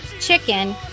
chicken